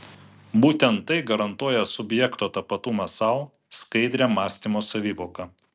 būtent tai garantuoja subjekto tapatumą sau skaidrią mąstymo savivoką